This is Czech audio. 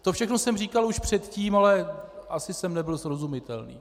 To všechno jsem říkal už předtím, ale asi jsem nebyl srozumitelný.